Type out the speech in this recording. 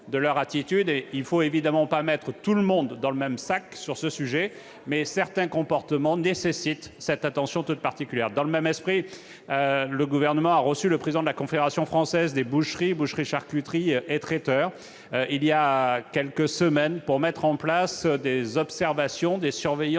il ne faut évidemment pas mettre tout le monde dans le même sac, mais certains comportements nécessitent une attention toute particulière. Dans le même esprit, le Gouvernement a reçu le président de la Confédération française de la boucherie, boucherie-charcuterie, traiteurs voilà quelques semaines, pour mettre en place des observations, des surveillances